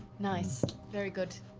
nice. very good.